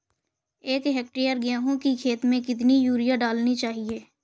एक हेक्टेयर गेहूँ की खेत में कितनी यूरिया डालनी चाहिए?